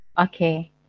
Okay